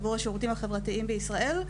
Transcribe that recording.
עבור השירותים החברתיים בישראל.